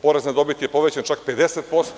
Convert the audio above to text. Porez na dobit je povećan čak 50%